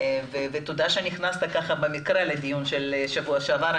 ותודה שנכנסת במקרה לדיון של שבוע שעבר.